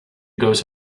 goes